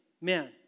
man